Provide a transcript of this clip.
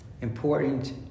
important